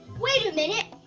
wait a minute!